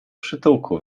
przytułku